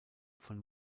von